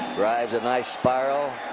drives a nice spiral.